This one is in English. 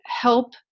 help